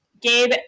Gabe